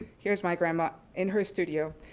here's my grandma in her studio.